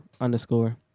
underscore